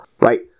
right